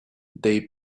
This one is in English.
they